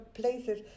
places